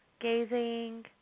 gazing